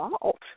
fault